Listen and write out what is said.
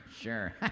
Sure